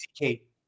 Kate